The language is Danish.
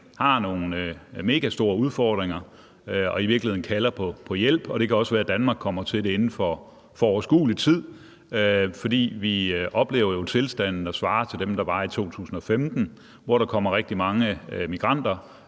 har nogle megastore udfordringer og i virkeligheden kalder på hjælp, og det kan også være, Danmark kommer til det inden for overskuelig tid, for vi oplever jo tilstande, der svarer til dem, der var i 2015, hvor der kommer rigtig mange migranter